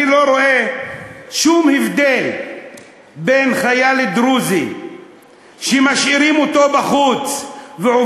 אני לא רואה שום הבדל בין חייל דרוזי שמשאירים אותו בחוץ והוא